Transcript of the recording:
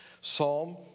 psalm